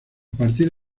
partir